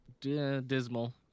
dismal